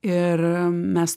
ir mes